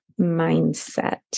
mindset